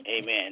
Amen